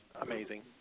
amazing